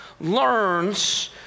learns